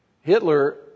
Hitler